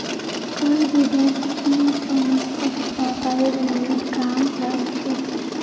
कोई भी देश चीन स निष्पक्ष व्यापारेर उम्मीद कम राख छेक